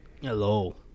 Hello